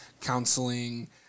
counseling